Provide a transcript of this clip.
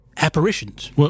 Apparitions